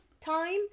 time